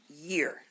year